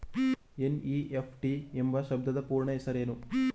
NEFT ಎಂಬ ಶಬ್ದದ ಪೂರ್ಣ ಹೆಸರೇನು?